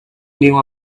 knew